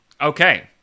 Okay